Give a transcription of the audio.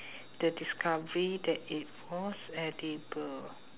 the discovery that it was edible